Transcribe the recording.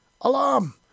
Alarm